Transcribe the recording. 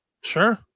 Sure